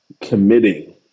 committing